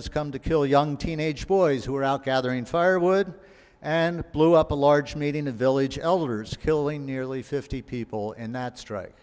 has come to kill young teenage boys who are out gathering firewood and blew up a large meeting of village elders killing nearly fifty people in that strike